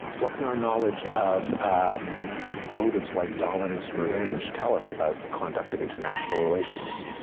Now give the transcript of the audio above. what can our knowledge of motives, like dominance and revenge, tell us about the conduct of international relations?